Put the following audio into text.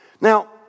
Now